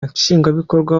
nshingwabikorwa